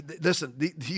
listen